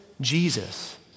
Jesus